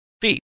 feet